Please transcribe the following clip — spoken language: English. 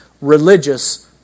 religious